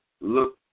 look